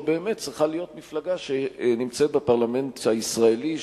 באמת צריכה להיות מפלגה שנמצאת בפרלמנט הישראלי,